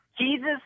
Jesus